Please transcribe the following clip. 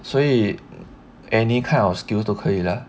所以 any kind of skills 都可以 lah